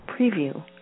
preview